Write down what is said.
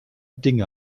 dinge